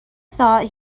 thought